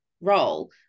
role